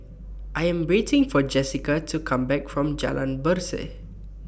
I Am waiting For Jesica to Come Back from Jalan Berseh